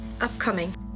upcoming